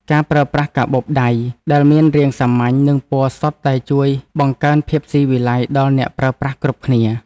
ការប្រើប្រាស់កាបូបដៃដែលមានរាងសាមញ្ញ និងពណ៌សុទ្ធជួយបង្កើនភាពស៊ីវិល័យដល់អ្នកប្រើប្រាស់គ្រប់គ្នា។